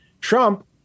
Trump